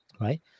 right